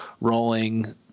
rolling